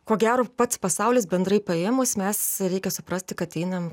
ko gero pats pasaulis bendrai paėmus mes reikia suprasti kad einam